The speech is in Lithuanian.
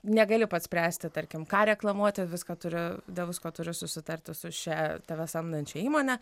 negali pats spręsti tarkim ką reklamuoti viską turi dėl visko turi susitarti su šia tave samdančia įmone